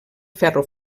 ferro